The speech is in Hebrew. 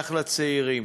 שייך לצעירים",